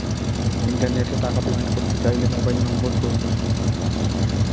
ইন্টারনেটে টাকা পেমেন্ট করতে চাইলে মোবাইল নম্বর প্রয়োজন